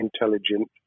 intelligent